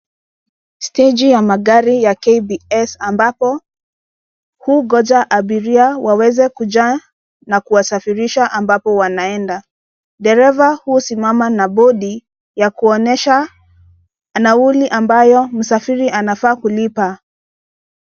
Steji a magari ya KBS, ambapo, hungoja abiria waweze kujaa na kuwasafirishi ambapo wanaenda. Dereva husimama na bodi, ya kuonyesha nauli ambayo msafiri anafaa kulipa.